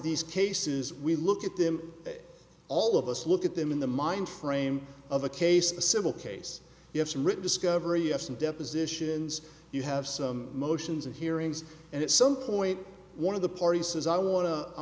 these cases we look at them all of us look at them in the mind frame of a case a civil case you have some written discovery you have some depositions you have some motions and hearings and at some point one of the parties says i want